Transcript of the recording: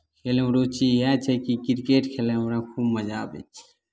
खेलमे रुचि इएह छै कि किरकेट खेलयमे हमरा खूब मजा आबै छै